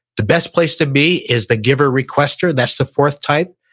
the best place to be is the giver-requester, that's the fourth type.